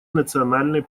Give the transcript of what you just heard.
национальной